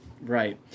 Right